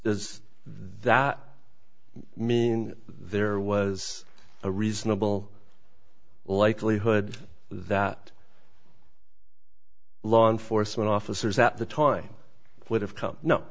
is that mean there was a reasonable likelihood that law enforcement officers at the time would have